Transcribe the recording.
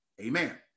Amen